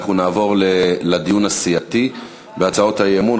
אנחנו נעבור לדיון הסיעתי בהצעות האי-אמון.